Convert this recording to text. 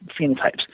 phenotypes